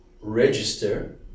register